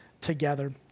together